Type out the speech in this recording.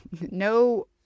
no